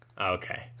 Okay